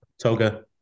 Toga